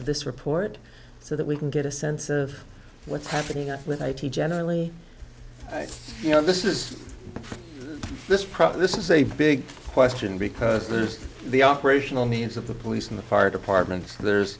of this report so that we can get a sense of what's happening with eighty generally you know this is this problem this is a big question because there's the operational needs of the police and the fire department so there's